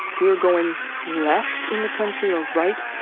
we're going left in the country or right.